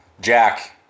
Jack